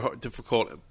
difficult